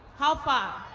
how far?